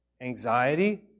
anxiety